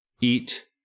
eat